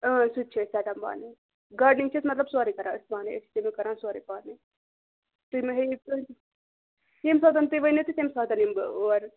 اۭں سُہ تہِ چھِ أسۍ ژَٹان پانَے گاڈنِنٛگ چھِ أسۍ مطلب سورُے کَران أسۍ پانَے أسۍ چھِ تَمیُک کَران سورُے پانَے تُہۍ مہٕ ہیٚیو ییٚمہِ ساتَن تُہۍ ؤنِو تہٕ تَمہِ ساتَن یِمہٕ بہٕ اور